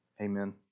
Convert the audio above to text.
Amen